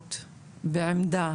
לישיבות בעמדה